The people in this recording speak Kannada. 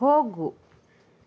ಹೋಗು